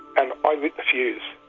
and i lit the fuse.